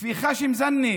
בח'שם זנה